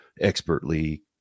expertly